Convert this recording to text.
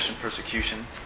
persecution